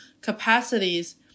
capacities